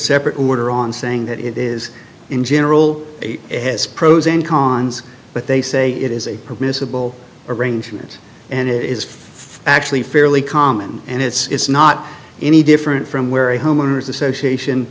effort order on saying that it is in general has pros and cons but they say it is a permissible arrangement and it is for actually fairly common and it's not any different from where a homeowner's association